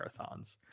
marathons